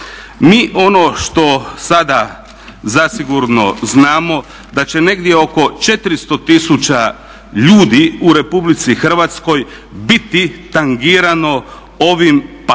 Mi ono što sada zasigurno znamo, da će negdje oko 400000 ljudi u Republici Hrvatskoj biti tangirano ovim paketom